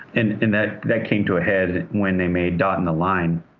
and and that that came to a head when they made, dot and the line.